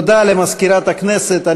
תודה למזכירת הכנסת.